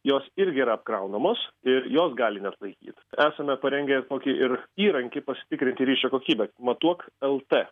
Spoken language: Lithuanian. jos irgi yra apkraunamos ir jos gali neatlaikyt esame parengę tokį ir įrankį pasitikrinti ryšio kokybę matuok lt